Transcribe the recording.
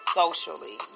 socially